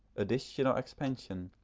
addition or expansion,